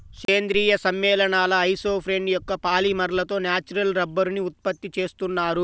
సేంద్రీయ సమ్మేళనాల ఐసోప్రేన్ యొక్క పాలిమర్లతో న్యాచురల్ రబ్బరుని ఉత్పత్తి చేస్తున్నారు